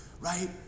right